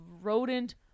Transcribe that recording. rodent